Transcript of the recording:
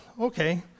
Okay